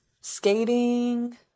Skating